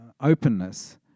openness